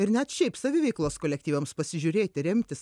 ir net šiaip saviveiklos kolektyvams pasižiūrėti remtis